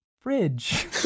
fridge